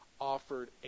offered